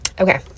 Okay